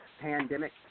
pandemic